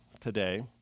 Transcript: today